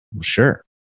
Sure